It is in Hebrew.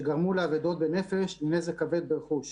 שגרמו לאבדות בנפש ולנזק כבד ברכוש.